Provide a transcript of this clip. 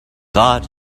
god